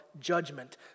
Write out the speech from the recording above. judgment